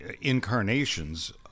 incarnations